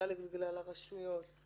חלק בגלל הרשויות.